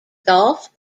golf